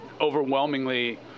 overwhelmingly